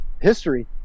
history